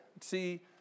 see